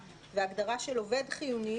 אתה אמרת שהעמדה היא להחזיר את היסודי.